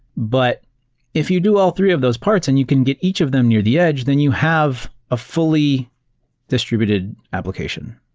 but if you do all three of those parts and you can get each of them near the edge, then you have a fully distributed application,